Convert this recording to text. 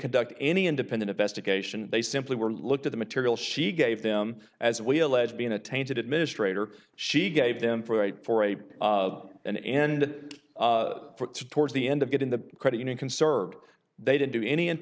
conduct any independent investigation they simply were looked at the material she gave them as we alleged being a tainted administrator she gave them for a for a an end that towards the end of it in the credit union conserved they didn't do any an